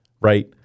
right